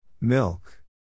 Milk